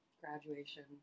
graduation